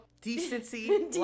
Decency